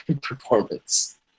performance